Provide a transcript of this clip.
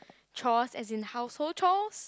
chores as in household chores